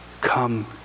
come